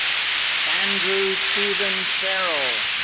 andrew stephen ferrell.